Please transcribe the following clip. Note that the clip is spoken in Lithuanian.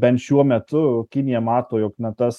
bent šiuo metu kinija mato jog na tas